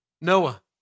Noah